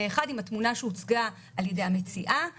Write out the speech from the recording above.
אחד עם התמונה שהוצגה על ידי המציעה בתחילה,